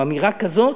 עם אמירה כזאת,